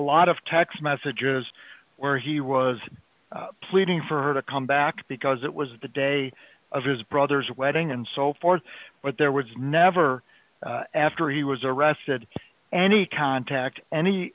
lot of text messages where he was pleading for her to come back because it was the day of his brother's wedding and so forth but there was never after he was arrested any contact any